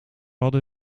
hadden